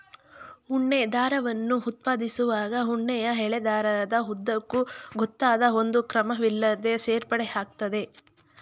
ಉಣ್ಣೆ ದಾರವನ್ನು ಉತ್ಪಾದಿಸುವಾಗ ಉಣ್ಣೆಯ ಎಳೆ ದಾರದ ಉದ್ದಕ್ಕೂ ಗೊತ್ತಾದ ಒಂದು ಕ್ರಮವಿಲ್ಲದೇ ಸೇರ್ಪಡೆ ಆಗ್ತದೆ